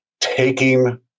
taking